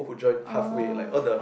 oh